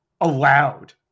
allowed